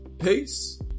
Peace